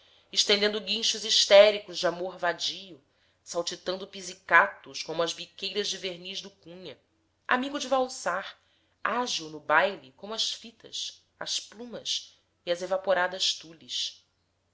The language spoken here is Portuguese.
estendendo guinchos histéricos de amor vadio saltitando pizzicatos como as biqueiras de verniz do cunha amigo de valsar ágil no baile como as fitas as plumas e as evaporadas tules